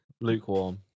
lukewarm